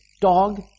dog